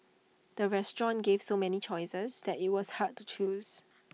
the restaurant gave so many choices that IT was hard to choose